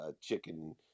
chicken